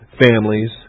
families